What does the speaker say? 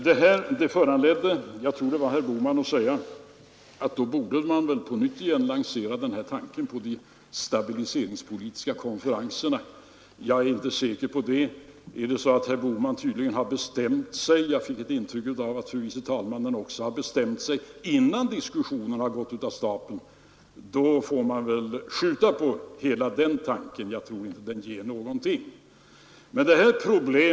Jag tror det var herr Bohman som såg sig föranlåten att säga att då borde man på nytt lansera tanken på stabiliseringspolitiska konferenser. Jag är inte säker på det. Är det så att herr Bohman har bestämt sig — och jag fick ett intryck av att fru vice talmannen också har bestämt sig — innan diskussionen har gått av stapeln, då får man väl skjuta på den tanken. Jag tror inte att den ger någonting.